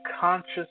conscious